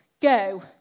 go